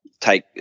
take